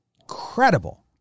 incredible